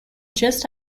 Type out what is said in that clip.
just